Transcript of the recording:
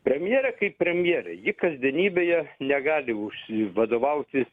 premjerė kaip premjerė ji kasdienybėje negali užsivadovauti